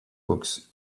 books